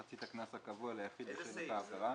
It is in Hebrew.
מחצית הקנס הקבוע ליחיד בשל אותה עבירה.